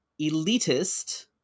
elitist